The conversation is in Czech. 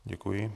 Děkuji.